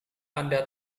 anda